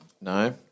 No